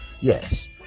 yes